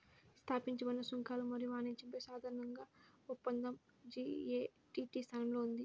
స్థాపించబడిన సుంకాలు మరియు వాణిజ్యంపై సాధారణ ఒప్పందం జి.ఎ.టి.టి స్థానంలో ఉంది